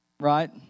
Right